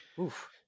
Oof